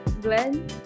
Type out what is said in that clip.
Glenn